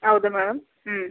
ಹೌದು ಮೇಡಮ್ ಹ್ಞೂ